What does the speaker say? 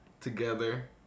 together